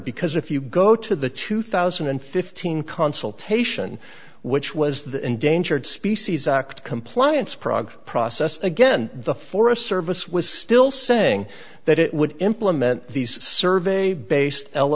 because if you go to the two thousand and fifteen consultation which was the endangered species act compliance prague process again the forest service was still saying that it would implement these survey based l